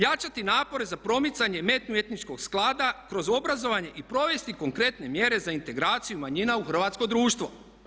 Jačati napore za promicanje međuetničkog sklada kroz obrazovanje i provesti konkretne mjere za integraciju manjina u hrvatsko društvo.